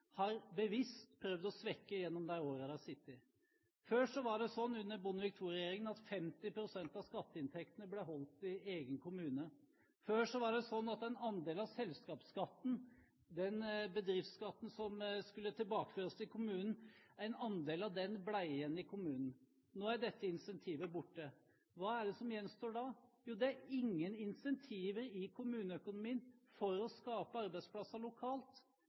regjeringen bevisst har prøvd å svekke gjennom de årene den har sittet. Under Bondevik II-regjeringen var det sånn at 50 pst. av skatteinntektene ble beholdt i egen kommune. Før var det sånn at en andel av selskapsskatten, bedriftsskatten som skulle tilbakeføres til kommunen, ble igjen i kommunen. Nå er dette incentivet borte. Hva er det da som gjenstår? Det er ingen incentiver i kommuneøkonomien for å skape arbeidsplasser lokalt.